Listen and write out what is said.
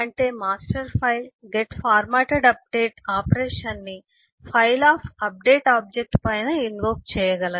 అంటే master file get formatted update operation ని file of update object పైన invoke చేయగలదు